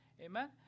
Amen